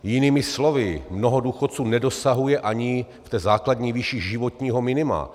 Jinými slovy, mnoho důchodců nedosahuje ani v té základní výši životního minima.